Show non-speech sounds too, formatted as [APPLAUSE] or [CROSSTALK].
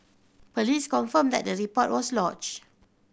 police confirmed that the report was [UNINTELLIGIBLE]